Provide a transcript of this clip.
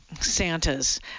Santa's